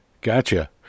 Gotcha